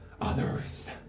Others